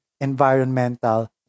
environmental